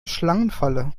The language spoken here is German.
schlangenfalle